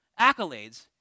accolades